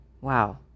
Wow